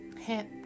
Hip